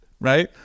right